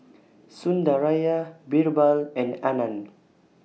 Sundaraiah Birbal and Anand